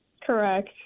Correct